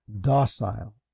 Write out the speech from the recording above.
docile